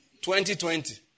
2020